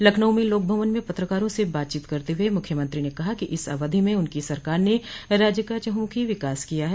लखनऊ में लोकभवन में पत्रकारों से बात करते हुए मुख्यमंत्री ने कहा कि इस अवधि में उनकी सरकार ने राज्य का चहुमुखी विकास किया है